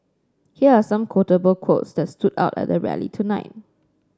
here are some quotable quotes that stood out at the rally tonight